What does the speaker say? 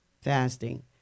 fasting